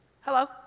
Hello